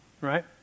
Right